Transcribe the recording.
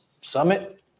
summit